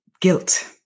guilt